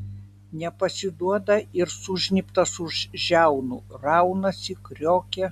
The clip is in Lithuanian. nepasiduoda ir sužnybtas už žiaunų raunasi kriokia